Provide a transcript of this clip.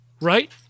Right